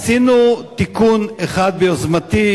עשינו תיקון אחד ביוזמתי,